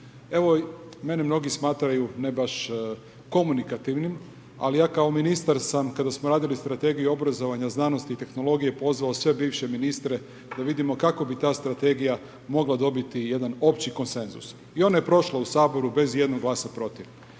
Evo, mene mnogi smatraju ne baš komunikativnim, ali ja kao ministar sam kada smo radili strategiju obrazovanja znanosti i tehnologije, pozvao sve bivše ministre, da vidimo kako bi ta strategija mogla dobiti jedan opći konsenzus. I ona je prošla u Saboru bez ijednog glasa protiv.